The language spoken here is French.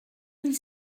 mille